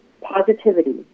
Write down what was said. positivity